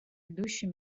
ведущей